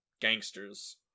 gangsters